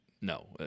No